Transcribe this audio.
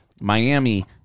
Miami